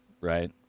right